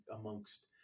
amongst